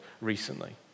recently